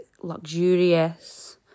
luxurious